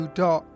dot